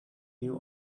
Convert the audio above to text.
you